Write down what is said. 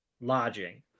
lodging